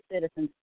citizens